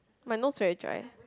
my nose very dry